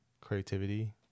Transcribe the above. creativity